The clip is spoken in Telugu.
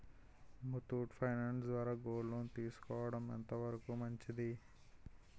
ముత్తూట్ ఫైనాన్స్ ద్వారా గోల్డ్ లోన్ తీసుకోవడం ఎంత వరకు మంచిది?